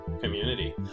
community